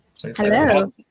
Hello